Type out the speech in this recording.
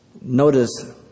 Notice